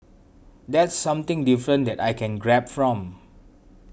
that's something different that I can grab from